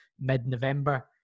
mid-November